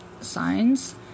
signs